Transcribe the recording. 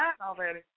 already